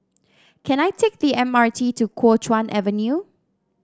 can I take the M R T to Kuo Chuan Avenue